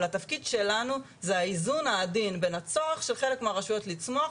אבל התפקיד שלנו זה האיזון העדין בין הצורך של חלק מהרשויות לצמוח,